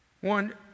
One